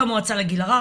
חוק המועצה לגיל הרך,